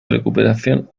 recuperación